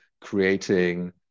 creating